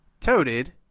toted